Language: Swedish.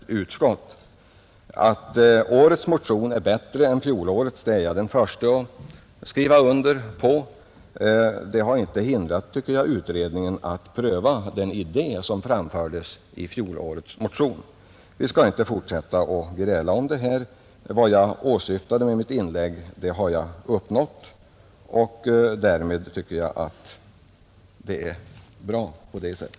Att årets motion är bättre än fjolårets är jag den förste att skriva under på. Det har inte hindrat, tycker jag, utredningen från att pröva samma idé som framfördes i såväl fjolårets som årets motion. Vi skall dock inte fortsätta att gräla om detta. Vad jag åsyftade med mitt inlägg har jag uppnått. Därmed tycker jag att allt är bra tills vidare.